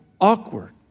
awkward